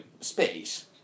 space